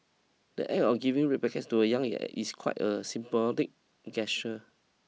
the act of giving red packets to the young yet is quite a symbolic